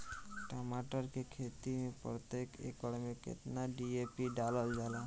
टमाटर के खेती मे प्रतेक एकड़ में केतना डी.ए.पी डालल जाला?